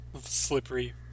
Slippery